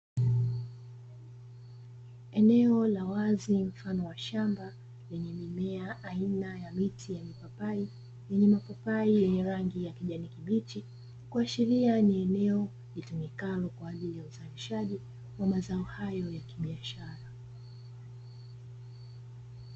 Eneo la wazi mfano wa shamba lenye mimea aina ya miti ya mipapai yenye mapapai yenye rangi ya kijani kibichi kuashiria ni eneo litumikalo kwa ajili ya uzalishaji wa mazao hayo ya kibiashara.